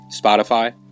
Spotify